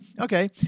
okay